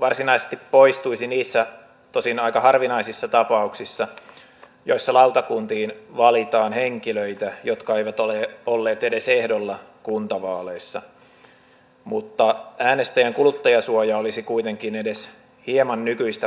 varsinaisesti poistuisi niissä tosin aika harvinaisissa tapauksissa joissa lautakuntiin valitaan henkilöitä jotka eivät ole olleet edes ehdolla kuntavaaleissa mutta äänestäjän kuluttajansuoja olisi kuitenkin edes hieman nykyistä parempi